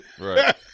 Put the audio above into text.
Right